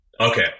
Okay